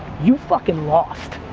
you fuckin' lost.